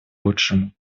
лучшему